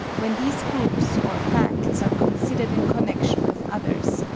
when these groups or facts are considered in connection with others,